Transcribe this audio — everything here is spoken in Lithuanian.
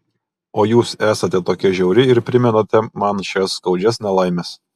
o jūs esate tokia žiauri ir primenate man šias skaudžias nelaimes